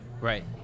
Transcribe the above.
right